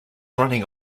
running